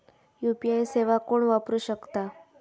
UPI सेवा कोण वापरू शकता?